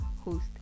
host